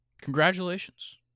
congratulations